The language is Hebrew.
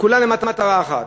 כולן למטרה אחת.